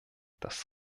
das